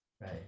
Right